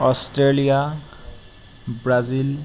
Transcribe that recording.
Australia Brazil